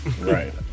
Right